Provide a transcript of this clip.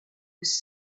was